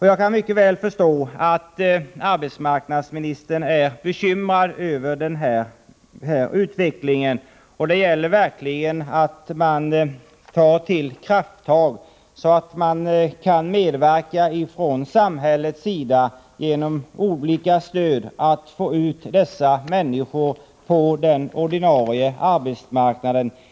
Jag kan mycket väl förstå att arbetsmarknadsministern är bekymrad över denna utveckling. Det gäller verkligen att man tar till krafttag — att man från samhällets sida medverkar med olika stöd för att få ut dessa människor på den ordinarie arbetsmarknaden.